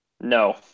No